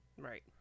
Right